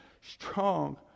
strong